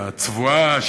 הצבועה,